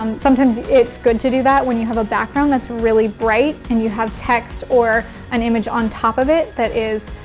um sometimes it's good to do that when you have a background that's really bright and you have text or an image on top of it that is